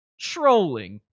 trolling